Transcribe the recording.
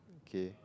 okay